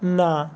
না